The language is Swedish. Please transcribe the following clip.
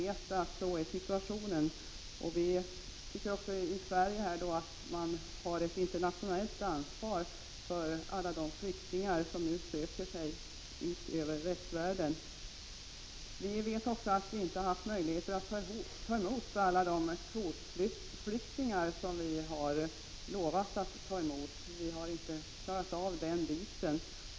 Sådan är situationen, och vi tycker att Sverige då internationellt har ett ansvar för alla de flyktingar som söker sig ut över västvärlden. Sverige har inte haft möjlighet att ta emot alla de kvotflyktingar som vi har lovat att ta emot. Vi har inte klarat den delen.